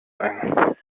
ein